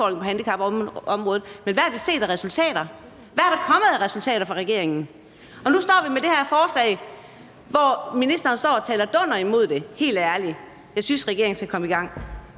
men hvad har vi set af resultater? Hvad er der kommet af resultater fra regeringen? Og nu står vi med det her forslag, som ministeren står og taler dunder imod. Jeg synes helt ærligt, regeringen skal komme i gang!